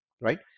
right